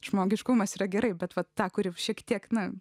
žmogiškumas yra gerai bet vat tą kuris šiek tiek na